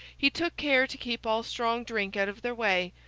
he took care to keep all strong drink out of their way,